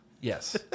yes